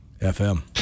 FM